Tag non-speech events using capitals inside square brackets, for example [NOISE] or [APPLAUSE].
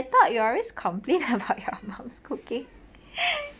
[LAUGHS] I thought you always complain about your mum's cooking [LAUGHS]